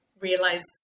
realized